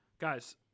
guys